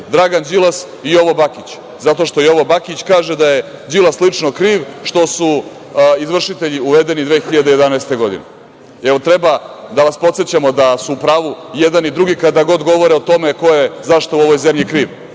Dragan Đilas i Jovo Bakić, zato što Jovo Bakić kaže da je Đilas lično kriv što su izvršitelji uvedeni 2011. godine. Jel treba da vas podsećamo da su u pravu i jedan i drugi kada god govore o tome ko je za šta u ovoj zemlji kriv,